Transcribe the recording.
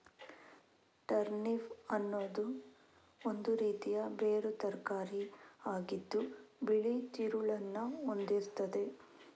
turnip ಅನ್ನುದು ಒಂದು ರೀತಿಯ ಬೇರು ತರಕಾರಿ ಆಗಿದ್ದು ಬಿಳಿ ತಿರುಳನ್ನ ಹೊಂದಿರ್ತದೆ